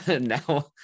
now